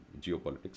geopolitics